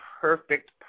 perfect